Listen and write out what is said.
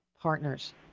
partners